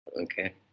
Okay